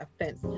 offense